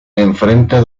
enfrente